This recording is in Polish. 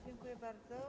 Dziękuję bardzo.